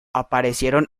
aparecieron